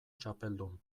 txapeldun